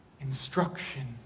instruction